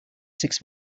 six